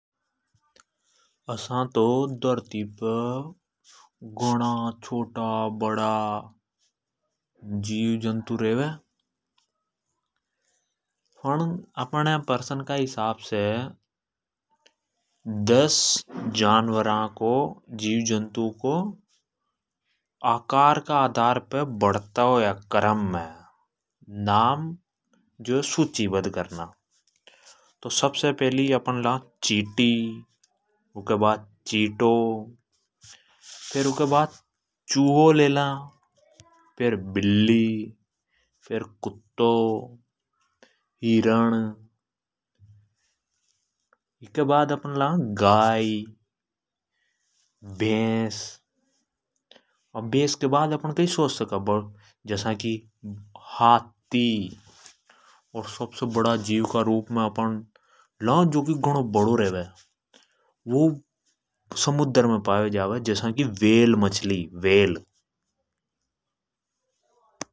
असा तो धरती पे घना छोटा बड़ा जीव जंतु रेवे। फण अपण अ प्रसन का हिसाब से दस जानवारा को आकार के आधार पे बढता हुआ क्रम मे नाम सूचीबद् करना। तो सबसे पहली अपण ला चीटि, ऊँके बाद चींटो। फेर ऊँके बाद चूहो, लेला फेर बिल्ली। फेर् कुत्तो, हिरण गाय भैस। सबसे बड़ा जीव का रूप मे अपण कई सोच सका। जस्या की हाथी और ऊँके बाद वेल मछली वेल।